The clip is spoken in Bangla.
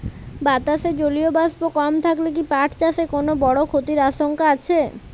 বাতাসে জলীয় বাষ্প কম থাকলে কি পাট চাষে কোনো বড় ক্ষতির আশঙ্কা আছে?